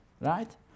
right